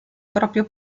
proprio